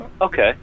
Okay